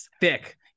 thick